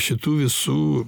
šitų visų